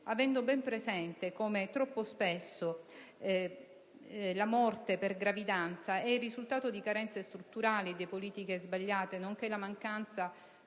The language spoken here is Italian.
avendo ben presente come troppo spesso la morte per gravidanza è il risultato di carenze strutturali, di politiche sbagliate, nonché di mancanza